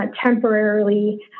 temporarily